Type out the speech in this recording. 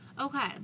Okay